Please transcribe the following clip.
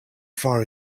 far